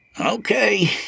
Okay